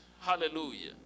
Hallelujah